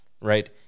right